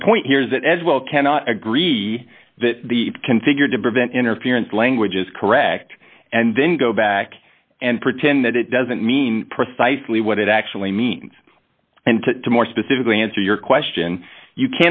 the point here is that as well cannot agree that the configured to prevent interference language is correct and then go back and pretend that it doesn't mean precisely what it actually means and to more specifically answer your question you